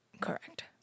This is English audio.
Correct